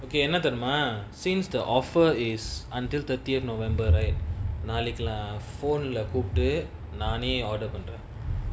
okay என்ன தெரியுமா:enna theriyumaa since the offer is until thirtieth november right நாளைக்கு:naalaiku lah phone lah கூப்ட்டு நானே:kooptu naane order பன்ரன்:panran